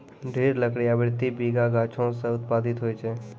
दृढ़ लकड़ी आवृति बीजी गाछो सें उत्पादित होय छै?